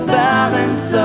balance